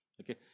okay